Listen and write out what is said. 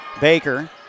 Baker